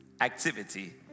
activity